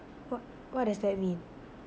wh~ what does that mean